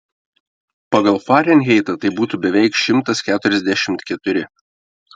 pagal farenheitą tai būtų beveik šimtas keturiasdešimt keturi